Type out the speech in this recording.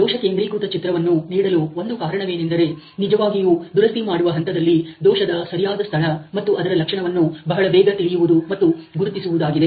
ದೋಷ ಕೇಂದ್ರೀಕೃತ ಚಿತ್ರವನ್ನು ನೀಡಲು ಒಂದು ಕಾರಣವೇನೆಂದರೆ ನಿಜವಾಗಿಯೂ ದುರಸ್ತಿ ಮಾಡುವ ಹಂತದಲ್ಲಿ ದೋಷದ ಸರಿಯಾದ ಸ್ಥಳ ಮತ್ತು ಅದರ ಲಕ್ಷಣವನ್ನು ಬಹಳ ಬೇಗ ತಿಳಿಯುವುದು ಮತ್ತು ಗುರುತಿಸುವುದಾಗಿದೆ